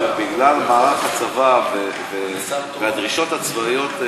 בגלל מערך הצבא והדרישות הצבאיות,